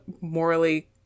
morally